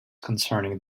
concerning